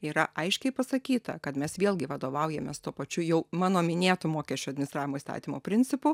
yra aiškiai pasakyta kad mes vėlgi vadovaujamės tuo pačiu jau mano minėtu mokesčių administravimo įstatymo principu